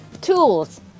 tools